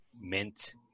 mint